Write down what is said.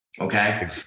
Okay